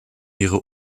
ihre